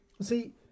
See